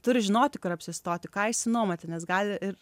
turi žinoti kur apsistoti ką išsinuomoti nes gali ir